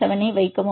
7 ஐ வைக்கவும்